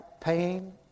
pain